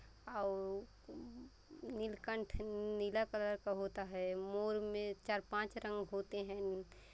आ वो कुम नीलकंठ नी नीला कलर का होता है मोर में चार पांच रंग होते हैं